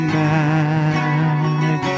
back